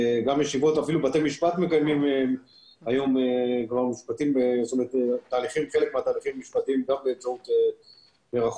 אפילו בתי משפט מקיימים היום תהליכים משפטיים רק באמצעות ה-זום.